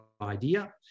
idea